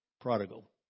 Prodigal